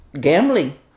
gambling